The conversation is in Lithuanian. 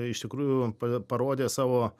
iš tikrųjų parodė savo